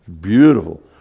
Beautiful